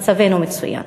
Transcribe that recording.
מצבנו מצוין".